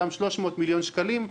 אותם 300 מיליון שקלים,